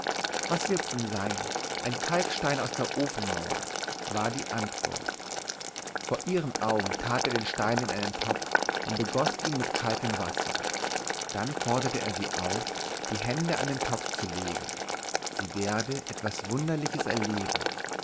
was wird's denn sein ein kalkstein aus der ofenmauer war die antwort vor ihren augen tat er den stein in einen topf und begoß ihn mit kaltem wasser dann forderte er sie auf die hände an den topf zu legen sie werde etwas wunderliches erleben